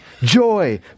joy